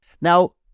Now